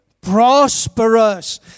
prosperous